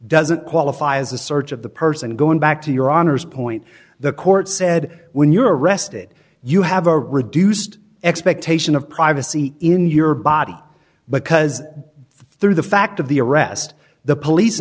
doesn't qualify as a search of the person going back to your honor's point the court said when you're arrested you have a reduced expectation of privacy in your body but because through the fact of the arrest the police